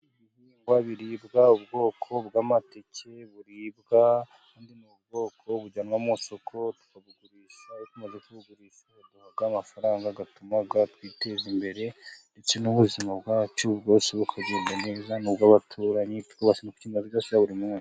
Ibihingwa biribwa, ubwoko bw' amateke buribwa, kandi ni ubwoko bujyanwa mu isoku tukayagurisha, maze twagurisha tugahabwa amafaranga atuma twiteza imbere, ndetse n' ubuzima bwacu bwose bukagenda neza, n' ubw'abaturanyi buri munsi.